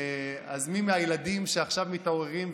אז מי מהילדים שעכשיו מתעוררים,